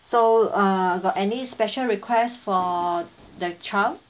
so uh got any special requests for that child